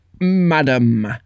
Madam